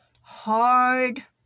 hard